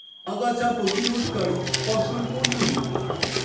আগাছা প্রতিরোধকারী ফসল কোনগুলি?